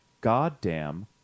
Goddamn